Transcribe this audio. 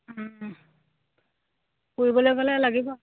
ফুৰিবলে গ'লে লাগিব